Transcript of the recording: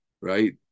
right